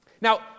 Now